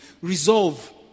Resolve